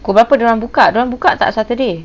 pukul berapa dia orang buka dia orang buka tak saturday